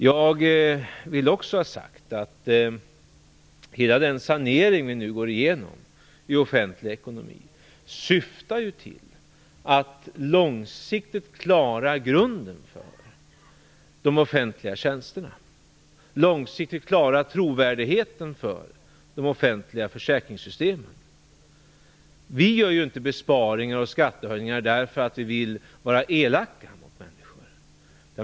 Jag vill också ha sagt att hela den sanering av den offentliga ekonomin vi nu går igenom syftar till att långsiktigt klara grunden för de offentliga tjänsterna. Den syftar också till att långsiktigt klara trovärdigheten för de offentliga försäkringssystemen. Vi genomför inte besparingar och skattehöjningar för att vi vill vara elaka.